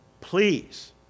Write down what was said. please